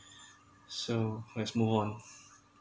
so let's move on